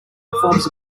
performs